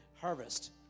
harvest